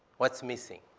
what's missing?